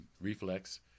Reflex